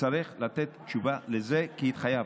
יצטרכו לתת תשובה על זה, כי התחייבנו.